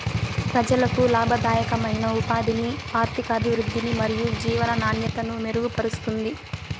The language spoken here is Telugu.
ప్రజలకు లాభదాయకమైన ఉపాధిని, ఆర్థికాభివృద్ధిని మరియు జీవన నాణ్యతను మెరుగుపరుస్తుంది